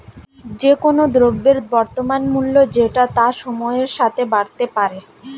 যে কোন দ্রব্যের বর্তমান মূল্য যেটা তা সময়ের সাথে বাড়তে পারে